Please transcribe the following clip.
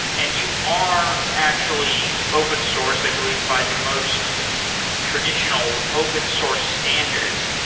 and you are actually open source i believe by the most traditional open source standards.